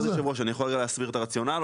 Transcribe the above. היו"ר, אני יכול להסביר את הרציונל?